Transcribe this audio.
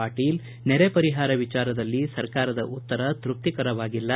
ಪಾಟೀಲ್ ನೆರೆ ಪರಿಹಾರ ವಿಚಾರದಲ್ಲಿ ಸರ್ಕಾರದ ಉತ್ತರ ತೃಪ್ತಿಕರವಾಗಿಲ್ಲ